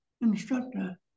instructor